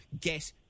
get